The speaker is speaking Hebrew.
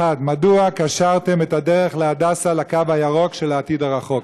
1. מדוע קשרתם את הדרך להדסה לקו הירוק של העתיד הרחוק?